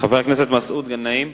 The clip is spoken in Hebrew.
חבר הכנסת מסעוד גנאים,